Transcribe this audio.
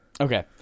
Okay